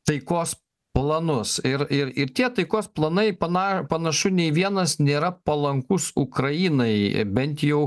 taikos planus ir ir ir tie taikos planai pana panašu nei vienas nėra palankus ukrainai bent jau